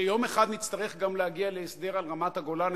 שיום אחד נצטרך גם להגיע להסדר על רמת-הגולן,